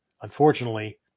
Unfortunately